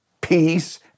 peace